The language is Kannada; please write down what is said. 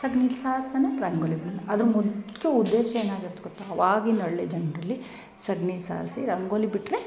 ಸಗ್ಣೀಲಿ ಸಾರ್ಸೋಣ ರಂಗೋಲಿ ಬಿಡೋಣ ಅದ್ರ ಮುಖ್ಯ ಉದ್ದೇಶ ಏನಾಗಿತ್ತು ಗೊತ್ತ ಅವಾಗಿನ ಹಳ್ಳಿ ಜನರಲ್ಲಿ ಸಗಣಿ ಸಾರಿಸಿ ರಂಗೋಲಿ ಬಿಟ್ಟರೆ